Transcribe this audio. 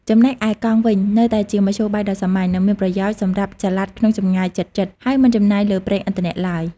ចំណែកឯកង់វិញ នៅតែជាមធ្យោបាយដ៏សាមញ្ញ និងមានប្រយោជន៍សម្រាប់ចល័តក្នុងចម្ងាយជិតៗ ហើយមិនចំណាយលើប្រេងឥន្ធនៈឡើយ។